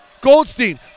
Goldstein